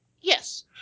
Yes